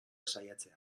saiatzea